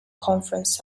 conference